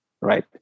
right